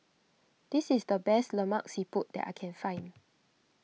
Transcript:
this is the best Lemak Siput that I can find